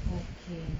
okay